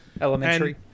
Elementary